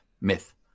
myth